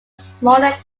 smaller